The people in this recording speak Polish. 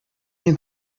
nie